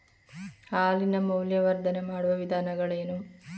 ಹಾಲಿನ ಮೌಲ್ಯವರ್ಧನೆ ಮಾಡುವ ವಿಧಾನಗಳೇನು?